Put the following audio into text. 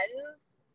friends